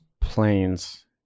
planes